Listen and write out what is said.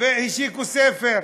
והשיקו ספר.